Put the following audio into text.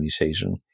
organization